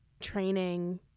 training